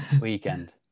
Weekend